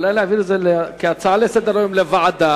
אולי להעביר את זה כהצעה לסדר-היום לוועדה,